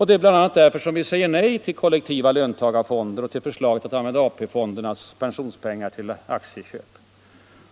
Det är bl.a. därför som vi säger nej till kollektiva löntagarfonder och till förslaget att använda AP-fondernas pensionspengar för aktieköp.